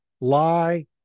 lie